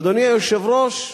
ואדוני היושב-ראש,